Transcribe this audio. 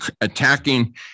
attacking